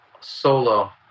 solo